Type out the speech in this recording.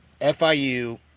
FIU